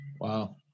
Wow